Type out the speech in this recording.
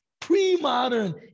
pre-modern